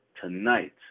tonight